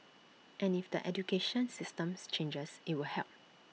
and if the education systems changes IT will help